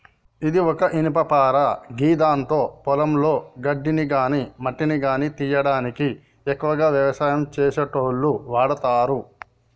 ఇది ఒక ఇనుపపార గిదాంతో పొలంలో గడ్డిని గాని మట్టిని గానీ తీయనీకి ఎక్కువగా వ్యవసాయం చేసేటోళ్లు వాడతరు